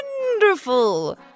Wonderful